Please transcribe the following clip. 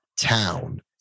town